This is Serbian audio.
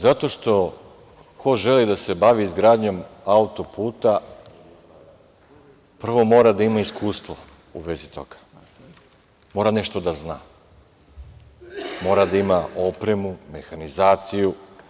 Zato što ko želi da se bavi izgradnjom autoputa, prvo mora da ima iskustvo u vezi toga, mora nešto da zna, mora da ima opremu, mehanizaciju.